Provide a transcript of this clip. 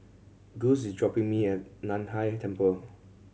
Guss is dropping me at Nan Hai Temple